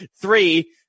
Three